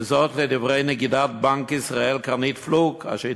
וזאת לדברי נגידת בנק ישראל קרנית פלוג אשר